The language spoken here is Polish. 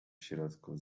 środku